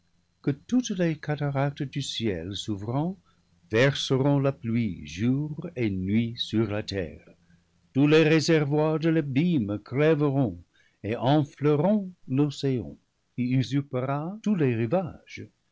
que toutes les cataractes du ciel s'ouvrant verseront la pluie jour et nuit sur la terre tous les réservoirs de l'abîme crèveront et enfleront l'océan qui usurpera tous les rivages